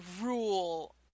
rule